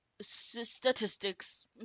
statistics